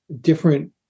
different